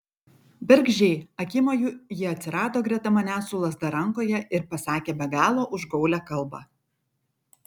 bergždžiai akimoju ji atsirado greta manęs su lazda rankoje ir pasakė be galo užgaulią kalbą